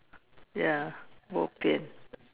ya bo pian